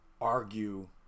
argue